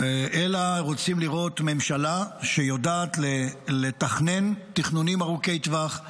אלא רוצים לראות ממשלה שיודעת לתכנן תכנונים ארוכי טווח,